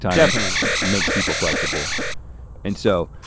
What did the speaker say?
definitely. makes people flexible and so,